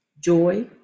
joy